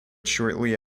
shortly